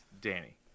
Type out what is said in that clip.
Danny